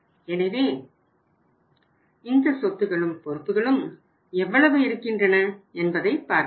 எனவே இந்த சொத்துகளும் பொறுப்புகளும் எவ்வளவு இருக்கின்றன என்பதை பார்ப்போம்